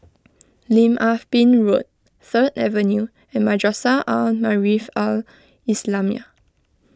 Lim Ah Pin Road Third Avenue and Madrasah Al Maarif Al Islamiah